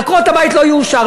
עקרות-הבית לא יאושר,